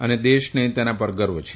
અને દેશને તેના પર ગર્વ છે